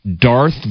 Darth